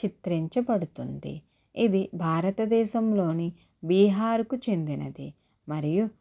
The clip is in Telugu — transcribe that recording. చిత్రించబడుతుంది ఇది భారతదేశంలోని బీహారుకు చెందినది మరియు